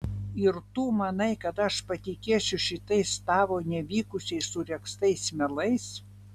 ir tu manai kad aš patikėsiu šitais tavo nevykusiai suregztais melais